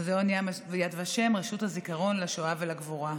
רשות הזיכרון לשואה ולגבורה.